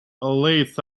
lace